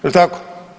Jel tako?